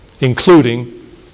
including